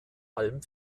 allem